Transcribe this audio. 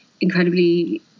incredibly